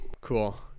cool